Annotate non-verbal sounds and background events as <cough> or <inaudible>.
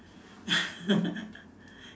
<laughs>